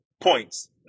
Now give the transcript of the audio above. points